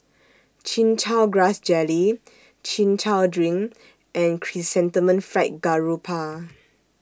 Chin Chow Grass Jelly Chin Chow Drink and Chrysanthemum Fried Garoupa